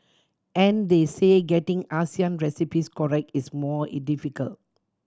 and they say getting Asian recipes correct is more difficult